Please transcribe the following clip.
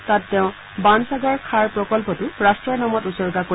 তাত তেওঁ বানসাগৰ খাৰ প্ৰকল্পটো ৰাষ্টৰ নামত উচৰ্গা কৰিব